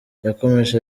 yakomeje